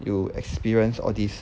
you experience all this